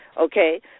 okay